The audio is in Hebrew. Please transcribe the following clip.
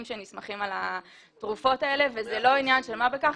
שנסמכים על התרופות האלה וזה לא עניין של מה בכך.